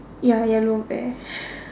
ya yellow bear